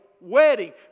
wedding